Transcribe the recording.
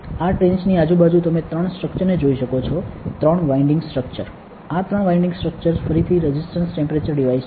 આ ટ્રેન્ચ ની આજુબાજુ તમે 3 સ્ટ્રક્ચરને જોઈ શકો છો 3 વાઇન્ડીંગ સ્ટ્રક્ચર્સ આ 3 વાઇન્ડીંગ સ્ટ્રક્ચર્સ ફરીથી રેઝિસ્ટન્સ ટેમ્પરેચર ડિવાઇસ છે